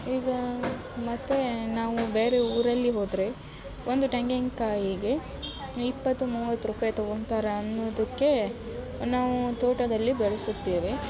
ಈಗ ಮತ್ತೆ ನಾವು ಬೇರೆ ಊರಲ್ಲಿ ಹೋದರೆ ಒಂದು ತೆಂಗಿನ್ ಕಾಯಿಗೆ ಇಪ್ಪತ್ತು ಮೂವತ್ತು ರೂಪಾಯಿ ತೊಗೊತಾರ ಅನ್ನುದಕ್ಕೆ ನಾವು ತೋಟದಲ್ಲಿ ಬೆಳೆಸುತ್ತೇವೆ